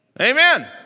Amen